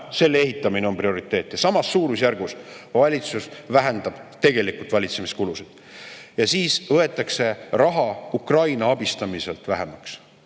selle ehitamine on prioriteet, ja samas suurusjärgus valitsus vähendab tegelikult valitsemiskulusid – võetakse raha Ukraina abistamiselt vähemaks.